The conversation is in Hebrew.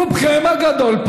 רובכם הגדול,